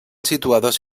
situados